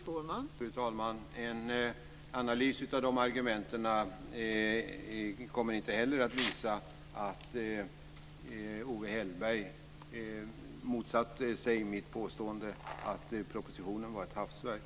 Fru talman! En analys av de argumenten kommer inte heller att visa att Owe Hellberg motsatte sig mitt påstående att propositionen var ett hafsverk.